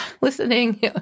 listening